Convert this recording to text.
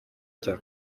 cya